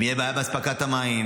אם תהיה בעיה באספקת המים,